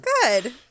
good